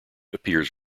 appears